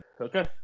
Okay